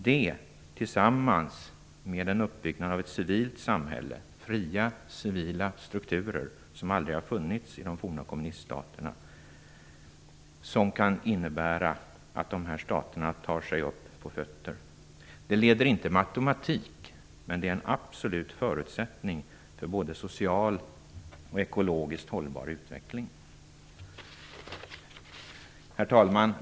Det tillsammans med en uppbyggnad av ett civilt samhälle, fria civila strukturer som aldrig funnits i den forma kommuniststaterna, kan innebära att de här staterna tar sig upp på fötter. Det leder inte med automatik till, men är absolut en förutsättning för, både socialt och ekologiskt hållbar utveckling. Herr talman!